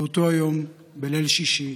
באותו היום, בליל שישי,